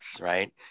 right